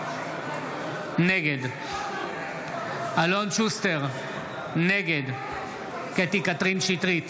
נגד אלון שוסטר, נגד קטי קטרין שטרית,